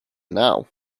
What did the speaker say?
now